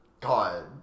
God